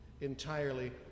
entirely